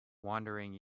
wandering